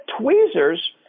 tweezers